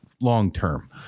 long-term